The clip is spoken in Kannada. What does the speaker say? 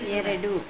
ಎರಡು